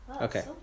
Okay